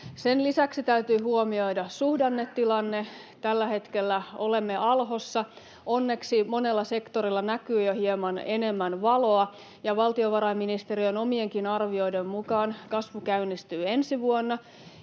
Sen lisäksi täytyy huomioida suhdannetilanne. Tällä hetkellä olemme alhossa. Onneksi monella sektorilla näkyy jo hieman enemmän valoa. Valtiovarainministeriön omienkin arvioiden mukaan kasvu käynnistyy ensi vuonna,